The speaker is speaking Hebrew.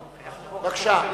בבקשה.